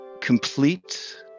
complete